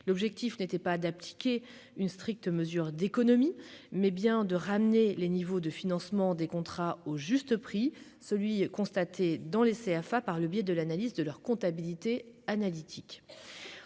l'objectif n'était pas d'appliquer une stricte mesure d'économie, mais bien de ramener les niveaux de financement des contrats au juste prix celui constaté dans les CFA, par le biais de l'analyse de leur comptabilité analytique